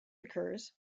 occurs